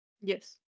Yes